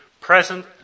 present